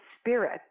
spirit